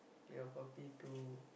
your puppy to